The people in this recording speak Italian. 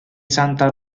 santa